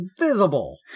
invisible